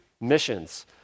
missions